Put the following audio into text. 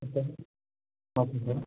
ஆமாம் சார்